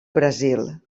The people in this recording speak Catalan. brasil